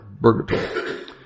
Burgatory